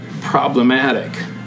problematic